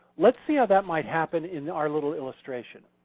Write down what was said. let's see how that might happen in our little illustration.